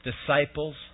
disciples